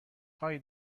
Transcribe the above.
هایی